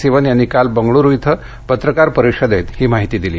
सिवन यांनी काल बंगळूरू इथं पत्रकार परिषदेत ही माहिती दिली